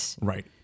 right